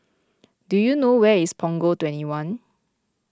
do you know where is Punggol twenty one